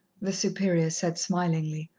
the superior said, smilingly.